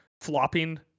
flopping